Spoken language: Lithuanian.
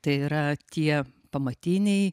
tai yra tie pamatiniai